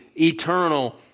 eternal